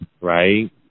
right